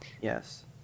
Yes